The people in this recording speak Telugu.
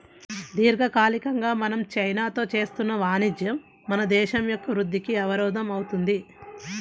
దీర్ఘకాలికంగా మనం చైనాతో చేస్తున్న వాణిజ్యం మన దేశం యొక్క వృద్ధికి అవరోధం అవుతుంది